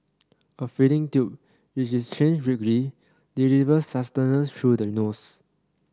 a feeding tube which is changed weekly deliver sustenance through the nose